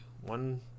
one